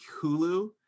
Hulu